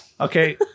okay